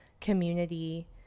community